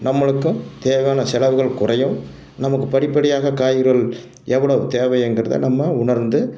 நம்மளுக்கும் தேவையான செலவுகள் குறையும் நமக்கு படிப்படியாக காய்கறிகள் எவ்வளவு தேவைங்கிறதை நம்ம உணர்ந்து